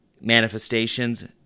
manifestations